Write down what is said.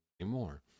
anymore